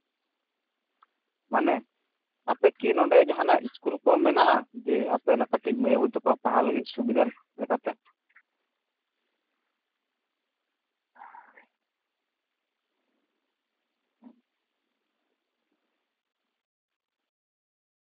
ᱢᱟᱱᱮ ᱟᱯᱮ ᱠᱤ ᱱᱚᱸᱰᱮ ᱡᱟᱦᱟᱸᱱᱟᱜ ᱤᱥᱠᱩᱞ ᱠᱚ ᱢᱮᱱᱟᱜᱼᱟ ᱡᱮ ᱟᱯᱮ ᱠᱟᱹᱴᱤᱡ ᱢᱟᱹᱭ ᱵᱟᱵᱩ ᱛᱟᱠᱚ ᱯᱟᱲᱦᱟᱣ ᱞᱟᱹᱜᱤᱫ ᱥᱩᱵᱤᱫᱟ ᱞᱮᱠᱟᱛᱮ